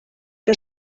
que